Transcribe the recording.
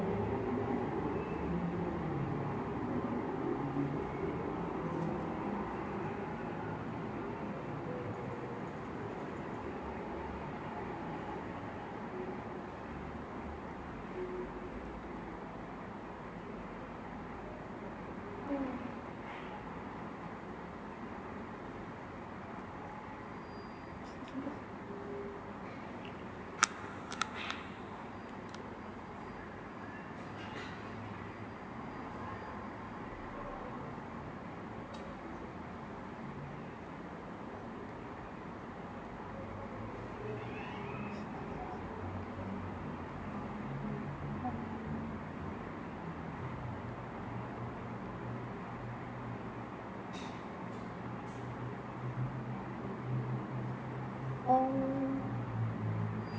mm um